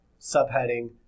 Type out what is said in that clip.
subheading